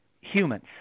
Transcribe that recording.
humans